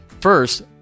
First